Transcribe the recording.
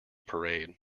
parade